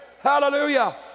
hallelujah